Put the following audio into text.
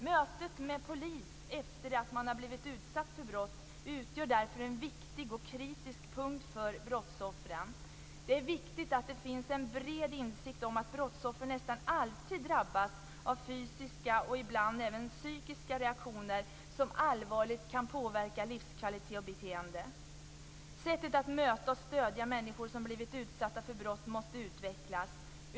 Mötet med polis efter det att man har blivit utsatt för brott utgör en viktig och kritisk punkt för brottsoffren. Det är viktigt att det finns en bred insikt om att brottsoffer nästan alltid drabbas av psykiska och ibland även fysiska reaktioner som allvarligt kan påverka livskvalitet och beteende. Sättet att möta och stödja människor som blivit utsatta för brott måste utvecklas.